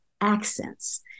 accents